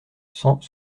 cent